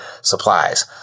supplies